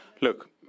Look